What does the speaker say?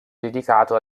dedicato